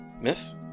miss